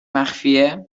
مخفیه